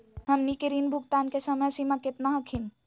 हमनी के ऋण भुगतान के समय सीमा केतना हखिन?